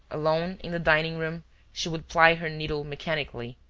alone in the dining-room she would ply her needle mechanically,